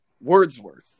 Wordsworth